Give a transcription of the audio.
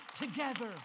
together